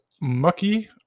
mucky